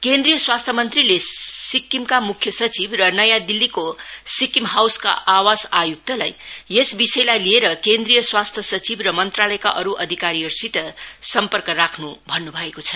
केन्द्रीय स्वास्थ्य मंत्रीले सिक्किमका मुख्य सचिव र नयाँ दिल्लीको सिक्किम हाउसका आवास आयुक्तलाई यस विषयलाई लिएर केन्द्रीय स्वास्थ्य सचिव र मंत्रालयका अरू अधिकारीहरूसित सर्म्पक राख्नु भन्नु भएको छ